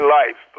life